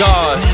God